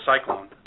cyclone